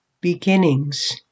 beginnings